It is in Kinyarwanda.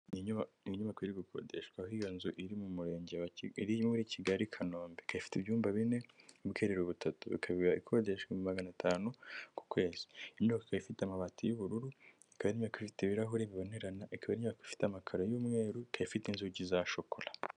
Inyubako iri gukodeshwa aho iyo nzu iri mu murenge wa Kigali yo muri Kigali i Kanombe, ifite ibyumba bine ubwiherero butatu, ikaba ikodeshwa ibihumbi magana atanu ku kwezi ikaba ari inyubako ifite amabati y'ubururu, ikaba ari inyubako ifite ibirahuri bibonerana, ikaba inyubako ifite amakaro y'umweru ikaba ifite inzugi za shokola.